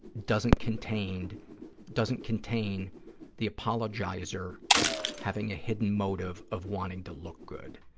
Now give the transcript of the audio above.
doesn't contain doesn't contain the apologizer having a hidden motive of wanting to look good.